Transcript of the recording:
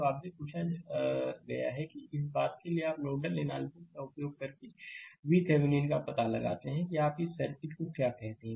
तो आपसे पूछा गया है कि इस बात के लिए आप नोडल एनालिसिस का उपयोग करके VThevenin का पता लगाते हैं कि आप इस सर्किट को क्या कहते हैं